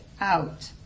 out